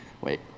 Wait